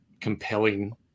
compelling